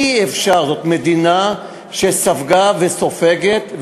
אי-אפשר זו מדינה שספגה וסופגת,